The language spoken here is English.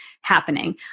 happening